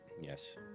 Yes